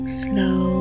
slow